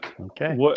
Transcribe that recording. Okay